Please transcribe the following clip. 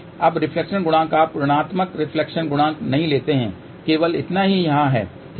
अब रिफ्लेक्शन गुणांक आप ऋणात्मक रिफ्लेक्शन गुणांक नहीं लेते हैं केवल इतना ही यहाँ है ठीक है